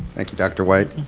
thank you, dr. white.